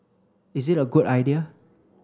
is it a good idea